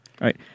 right